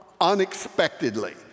unexpectedly